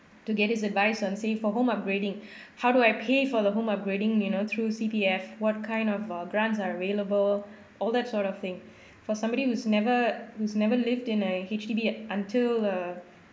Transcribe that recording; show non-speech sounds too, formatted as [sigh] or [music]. to get his advice on say for home upgrading [breath] how do I pay for the home upgrading you know through C_P_F what kind of uh grants are available all that sort of thing for somebody who's never who's never lived in a H_D_B until uh